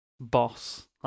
boss